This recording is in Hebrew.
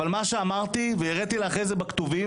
אבל מה שאמרתי והראיתי לה אחרי זה בכתובים,